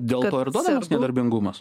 dėl to ir duodamas nedarbingumas